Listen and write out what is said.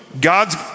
God's